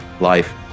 life